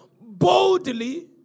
boldly